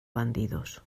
bandidos